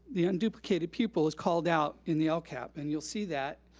the unduplicated pupil, is called out in the lcap, and you'll see that.